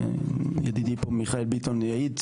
וידידי פה מיכאל ביטון יעיד,